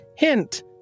hint